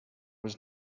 was